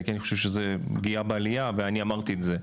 כי אני חושב שזה פגיעה בעלייה ואמרתי את זה.